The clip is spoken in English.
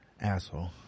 Asshole